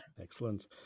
Excellent